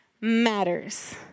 matters